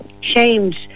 shamed